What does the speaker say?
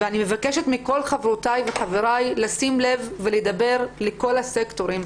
ואני מבקשת מכל חברותיי וחבריי לשים לב ולדבר לכל הסקטורים.